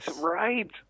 right